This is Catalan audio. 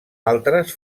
altres